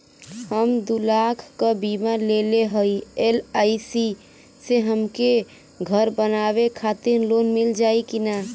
हम दूलाख क बीमा लेले हई एल.आई.सी से हमके घर बनवावे खातिर लोन मिल जाई कि ना?